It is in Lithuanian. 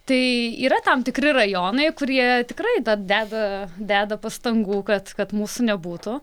tai yra tam tikri rajonai kurie tikrai tad deda deda pastangų kad kad mūsų nebūtų